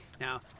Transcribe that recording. Now